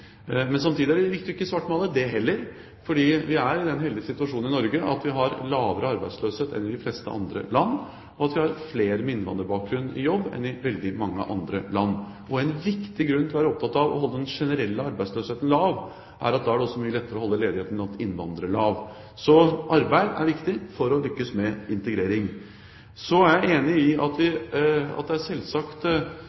den heldige situasjonen i Norge at vi har lavere arbeidsløshet enn i de fleste andre land, og at vi har flere med innvandrerbakgrunn i jobb enn veldig mange andre land. Og en viktig grunn til å være opptatt av å holde den generelle arbeidsløsheten lav, er at da er det også mye lettere å holde ledigheten blant innvandrere lav. Så arbeid er viktig for at vi skal lykkes med integrering. Så er jeg enig i at det selvsagt er viktig at vi